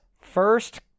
First